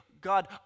God